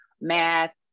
math